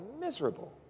miserable